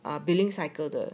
billing cycle 的